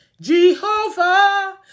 Jehovah